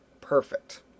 perfect